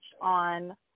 on